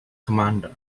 commander